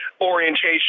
orientation